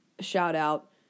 shout-out